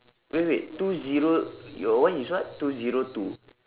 wait wait two zero your one is what two zero two